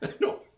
No